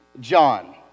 John